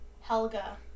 Helga